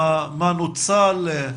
מה נוצל?